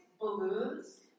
balloons